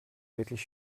wirklich